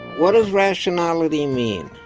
what does rationality mean?